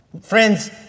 Friends